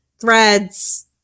threads